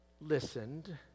listened